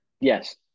Yes